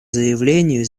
заявлению